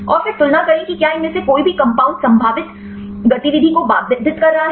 और फिर तुलना करें कि क्या इनमें से कोई भी कंपाउंड संभावित गतिविधि को बाधित कर रहा है